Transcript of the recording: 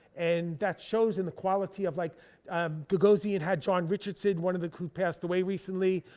and that shows in the quality of, like gagosian had john richardson, one of the crew, passed away recently,